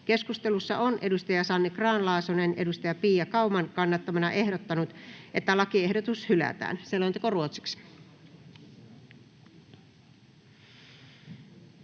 Keskustelussa on Sanni Grahn-Laasonen Pia Kauman kannattamana ehdottanut, että lakiehdotus hylätään. Toiseen